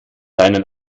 deinen